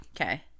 Okay